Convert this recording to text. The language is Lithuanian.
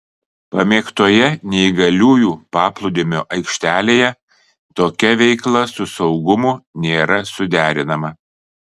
pamėgtoje neįgaliųjų paplūdimio aikštelėje tokia veikla su saugumu nėra suderinama